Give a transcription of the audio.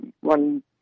one